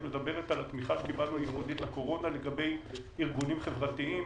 את מדברת על התמיכה שקיבלנו ייעודית לקורונה לגבי ארגונים חברתיים.